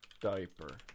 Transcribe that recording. diaper